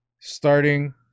starting